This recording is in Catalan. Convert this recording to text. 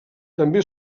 també